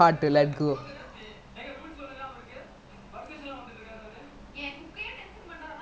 I mean now the business quite sad lah yesterday நா பாத்தே:naa paathae he calculating the numbers then quite sad lah